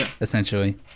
essentially